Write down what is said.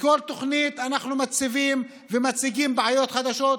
בכל תוכנית אנחנו מציבים ומציגים בעיות חדשות,